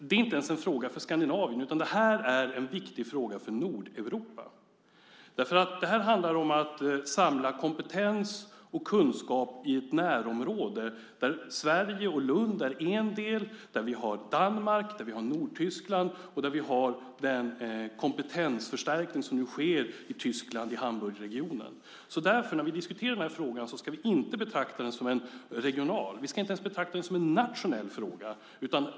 Det är inte ens en fråga för Skandinavien, utan det här är en viktig fråga för Nordeuropa. Det här handlar om att samla kompetens och kunskap i ett närområde där Sverige och Lund är en del, där vi har Danmark, där vi har Nordtyskland och där vi har den kompetensförstärkning som nu sker i Tyskland i Hamburgregionen. När vi diskuterar den här frågan ska vi inte betrakta den som en regional fråga. Vi ska inte ens betrakta den som en nationell fråga.